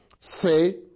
Say